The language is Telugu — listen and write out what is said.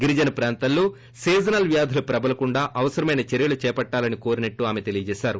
గిరిజన ప్రాంతాల్లో సీజనల్ వ్యాధులు ప్రబలకుండా అవసరమైన చర్యలు చేపట్టాలని కోరినట్లు ఆమె తెలిపారు